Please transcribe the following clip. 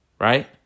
right